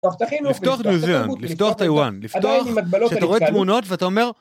לפתוח מוזיאון, לפתוח טייוואן, לפתוח, שאתה רואה תמונות ואתה אומר